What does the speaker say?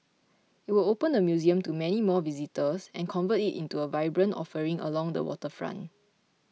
it would open the museum to many more visitors and convert it into a vibrant offering along the waterfront